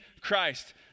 Christ